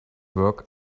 work